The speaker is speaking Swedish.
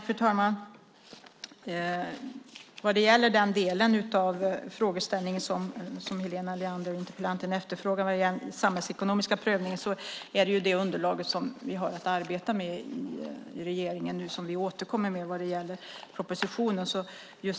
Fru talman! Vad gäller den samhällsekonomiska prövningen, som Helena Leander efterfrågar, är det ju det underlaget som vi har att arbeta med i regeringen nu och som vi återkommer med i propositionen.